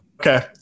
Okay